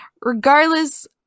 Regardless